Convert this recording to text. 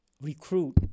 recruit